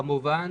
היא כמובן